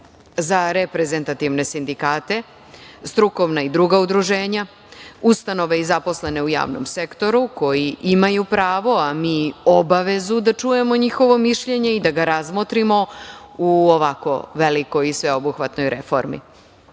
za reprezentativne sindikate, strukovna i druga udruženja, ustanove i zaposlene u javnom sektoru koji imaju pravo, a mi obavezu da čujemo njihovo mišljenje i da ga razmotrimo u ovako velikoj i sveobuhvatnoj reformi.